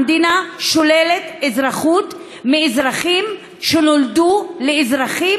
המדינה שוללת אזרחות מאזרחים שנולדו לאזרחים